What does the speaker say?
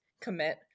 commit